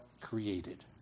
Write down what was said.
created